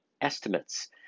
estimates